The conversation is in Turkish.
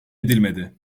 edilmedi